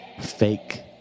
fake